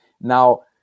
Now